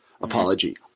apology